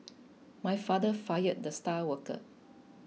my father fired the star worker